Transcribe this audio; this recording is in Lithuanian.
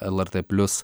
lrt plius